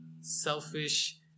selfish